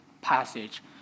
passage